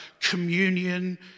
communion